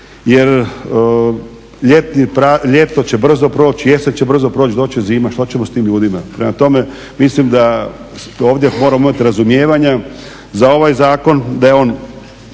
jer ljeto će brzo proći, jesen će brzo proći, doći će zima, šta ćemo sa tim ljudima? Prema tome, mislim da ovdje moramo imati razumijevanja za ovaj zakon da je on